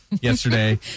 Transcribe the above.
yesterday